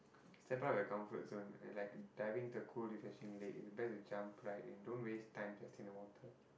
step out of your comfort zone and like diving into a cold refreshing lake it's best to jump right in don't waste time testing the water